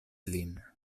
lin